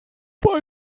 bei